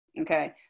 okay